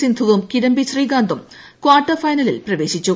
സിന്ധുവും കിഡംബി ശ്രീകാന്തും ക്വാർട്ടർ ഫൈനലിൽ പ്രവേശിച്ചു